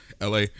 LA